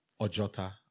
Ojota